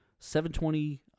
720